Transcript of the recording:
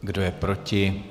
Kdo je proti?